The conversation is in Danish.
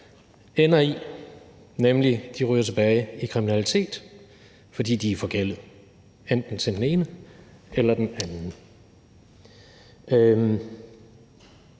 ender i, nemlig at de ryger tilbage i kriminalitet, fordi de er forgældet enten til den ene eller til den anden